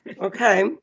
Okay